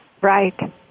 right